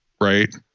Right